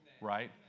Right